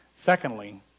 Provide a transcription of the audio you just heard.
Secondly